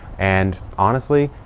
and honestly,